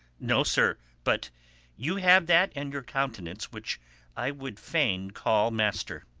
no, sir but you have that in your countenance which i would fain call master.